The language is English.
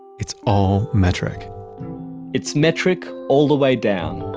it's all metric it's metric all the way down